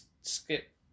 skip